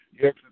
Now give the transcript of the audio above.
Yes